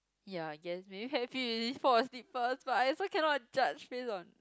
ya I guess maybe happy already fall asleep first but I also cannot judge based on